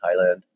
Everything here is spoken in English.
Thailand